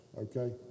okay